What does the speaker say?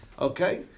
Okay